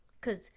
Cause